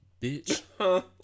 bitch